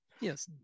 Yes